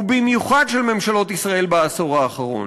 ובמיוחד של ממשלות ישראל בעשור האחרון.